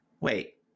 Wait